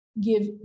give